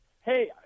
Hey